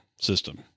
system